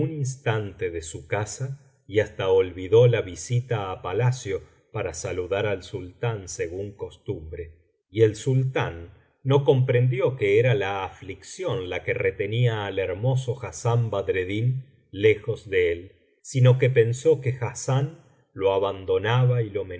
un instante de su casa y hasta olvidó la visita á palacio para saludar al sultán según costumbre y el sultán no comprendió que era la aflicción la que retenía al hermoso hassán badreddin lejos de él sino que pensó que hassán lo abandonaba y lo